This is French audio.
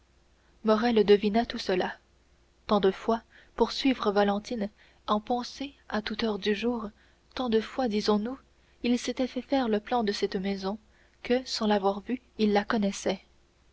morrel devina tout cela tant de fois pour suivre valentine en pensée à toute heure du jour tant de fois disons-nous il s'était fait faire le plan de cette maison que sans l'avoir vue il la connaissait